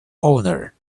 owner